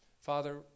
Father